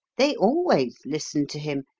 they always listen to him,